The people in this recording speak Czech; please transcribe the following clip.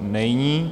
Není.